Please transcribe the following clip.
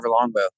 longbow